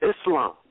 Islam